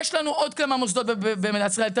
עדיין יש לנו עוד כמה מוסדות במדינת ישראל,